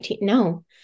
No